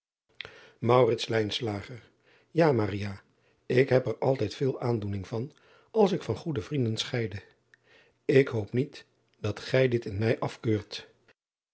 a ik heb er altijd veel aandoening van als ik van goede vrienden scheide k hoop niet dat gij dit in mij afkeurt